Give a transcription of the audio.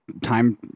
time